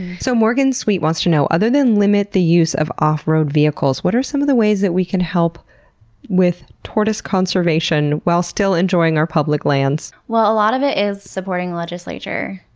so morgan sweet wants to know other than limit the use of off-road vehicles, what are some of the ways that we can help with tortoise conservation while still enjoying our public lands? well, a lot of it is supporting the legislature.